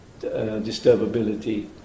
disturbability